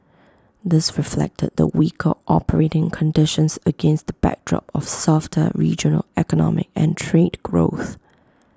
this reflected the weaker operating conditions against the backdrop of softer regional economic and trade growth